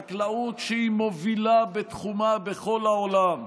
חקלאות שהיא מובילה בתחומה בכל העולם,